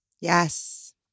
Yes